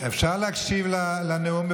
אפשר להקשיב לנאום,